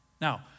Now